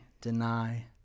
deny